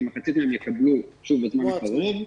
כמחצית מהן יקבלו בזמן הקרוב.